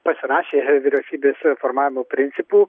pasirašė vyriausybės formavimo principų